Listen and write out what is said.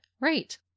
Right